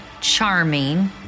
charming